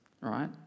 right